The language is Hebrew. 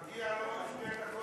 מגיע לו שתי דקות